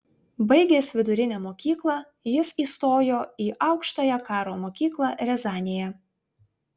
baigęs vidurinę mokyklą jis įstojo į aukštąją karo mokyklą riazanėje